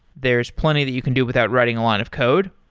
there's plenty that you can do without writing a lot of code,